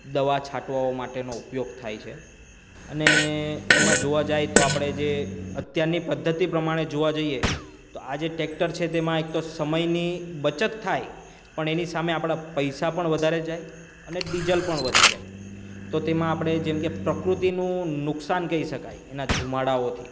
દવા છાંટવાઓ માટેનો ઉપયોગ થાય છે અને એમાં જોવા જાઈ તો આપળે જે અત્યારની પધ્ધતિ પ્રમાણે જોવા જઈએ તો આ જે ટેક્ટર છે તેમાં એક તો સમયની બચત થાય પણ એની સામે આપણા પૈસા પણ વધારે જાય અને ડીજલ પણ વધી જાય તો તેમાં આપણે જેમકે પ્રકૃતિનું નુકસાન કહી શકાય એનાં ધૂમાડાઓથી